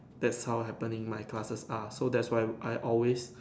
that's how happening my classes are so that's why I always